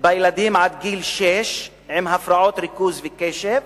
בילדים עד גיל שש עם הפרעות ריכוז וקשב